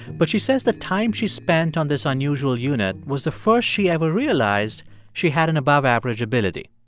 but she says the time she spent on this unusual unit was the first she ever realized she had an above-average ability.